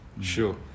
Sure